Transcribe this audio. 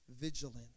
vigilant